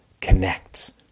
connects